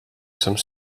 some